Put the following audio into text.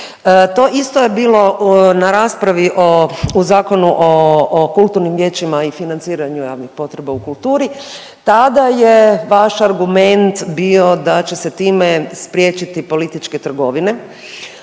To isto je bilo na raspravi o, u Zakonu o kulturnim vijećima i financiranju javnih potreba u kulturi tada je vaš argument bio da će se time spriječiti političke trgovine,